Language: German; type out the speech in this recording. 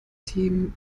team